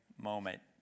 moment